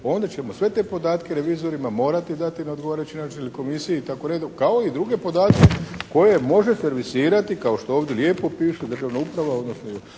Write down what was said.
onda ćemo sve te podatke revizorima morati dati na odgovarajući način ili komisiji i tako redom, kao i druge podatke koje možete lisirati kao što ovdje lijepo piše. Dakle, ona uprava, odnosno